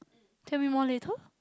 tell me more later